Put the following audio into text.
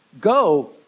Go